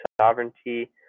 sovereignty